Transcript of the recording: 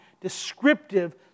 descriptive